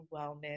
wellness